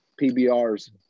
PBR's